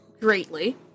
greatly